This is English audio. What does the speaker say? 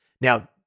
Now